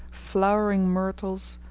flowering myrtles,